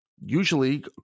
Usually